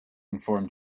inform